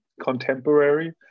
contemporary